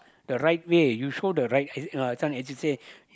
the right way you show the right as uh this one as you say